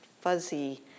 fuzzy